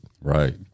Right